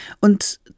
Und